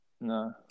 no